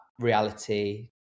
reality